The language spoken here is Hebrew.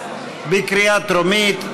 בקריאה טרומית.